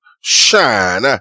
shine